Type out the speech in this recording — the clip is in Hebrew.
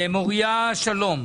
מוריה שלום,